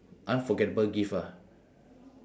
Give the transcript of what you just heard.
unforgettable gift ah